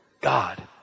God